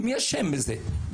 מי אשם בזה?